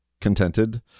contented